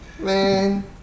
Man